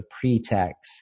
pretext